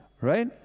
right